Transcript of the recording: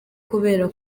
kubera